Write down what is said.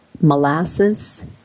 molasses